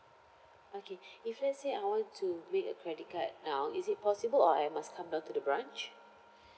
okay if let's say I want to make a credit card now is it possible or I must come down to the branch